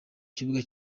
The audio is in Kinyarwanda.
kibuga